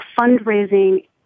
fundraising